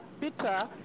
Peter